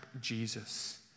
Jesus